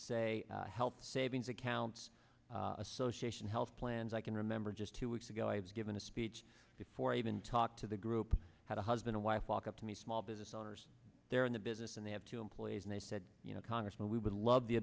say help saving accounts association health plans i can remember just two weeks ago i was given a speech before i even talked to the group had a husband and wife walk up to me small business owners they're in the business and they have two employees and they said you know congressman we would love the